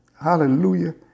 hallelujah